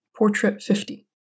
Portrait50